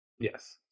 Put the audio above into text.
Yes